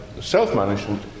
self-management